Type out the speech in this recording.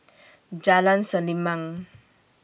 Jalan Selimang